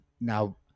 now